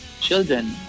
children